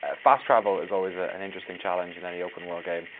ah fast travel is always an interesting challenge in any open world game.